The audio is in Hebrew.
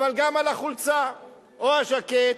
אבל גם על החולצה או הז'קט,